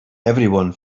everyone